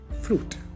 fruit